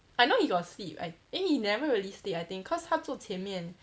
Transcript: I know he got sleep I eh he never really sleep I think cause 他坐前面